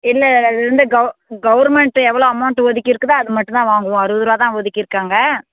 இல்லை அதுவந்து கௌ கவர்மெண்ட்டு எவ்வளோ அமௌண்ட்டு ஒதுக்கியிருக்குதோ அது மட்டும் வாங்குவோம் அறுபது ருபாதான் ஒதுக்கியிருக்காங்க